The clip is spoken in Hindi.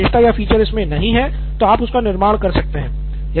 यदि कोई विशेषता या फ़ीचर इनमे नहीं है तो आप उसका निर्माण कर सकते हैं